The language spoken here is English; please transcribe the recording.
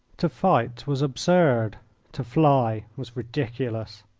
to fight was absurd to fly was ridiculous.